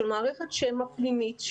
מערכת שמע פנימית.